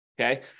Okay